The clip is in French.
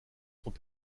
sont